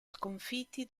sconfitti